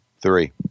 three